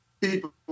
people